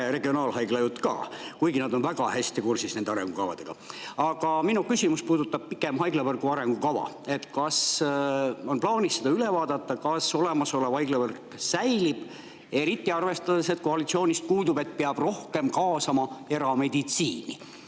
kahe regionaalhaigla jutt ka, kuigi nad on nende arengukavadega väga hästi kursis. Aga minu küsimus puudutab pigem haiglavõrgu arengukava. Kas on plaanis see üle vaadata, kas olemasolev haiglavõrk säilib, eriti arvestades, et koalitsioonist kuuldub, et peab rohkem kaasama erameditsiini?